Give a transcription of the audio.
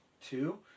Two